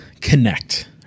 connect